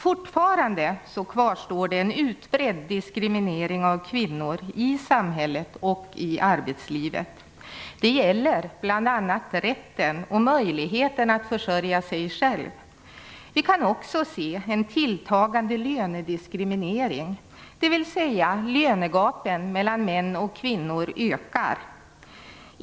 Fortfarande kvarstår en utbredd diskriminering av kvinnor i samhället och i arbetslivet. Det gäller bl.a. rätten och möjligheten att försörja sig själv. Vi kan också se en tilltagande lönediskriminering, dvs. att lönegapen mellan män och kvinnor ökar.